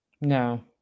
no